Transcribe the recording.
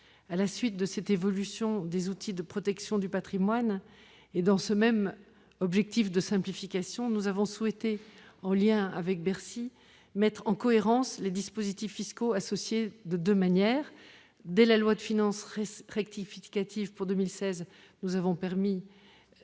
À la suite de cette évolution des outils de protection du patrimoine, et dans ce même objectif de simplification, nous avons souhaité, en lien avec Bercy, mettre en cohérence les dispositifs fiscaux associés de deux manières. Dès la loi de finances rectificative pour 2016, nous avons permis